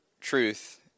truth